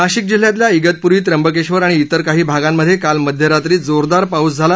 नाशिक जिल्ह्यातल्या इगतपुरी त्र्यंबक्झिर आणि इतर काही भागांमध्यक्विल मध्यरात्री जोरदार पाऊस झाला